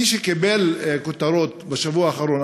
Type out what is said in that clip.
מי שקיבל כותרות בשבוע האחרון,